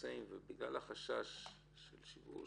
שנמצאים ובגלל החשש של שיבוש